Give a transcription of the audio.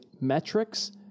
metrics